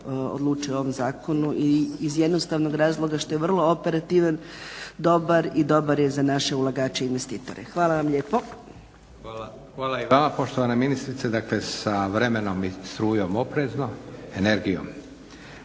odluči o ovom zakonu i iz jednostavnog razloga što je vrlo operativan, dobar i dobar je za naše ulagače i investitore. Hvala vam lijepo. **Leko, Josip (SDP)** Hvala i vama poštovana ministrice. Dakle, sa vremenom i strujom oprezno, energijom.